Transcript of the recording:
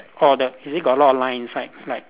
orh the is it got a lot of line inside like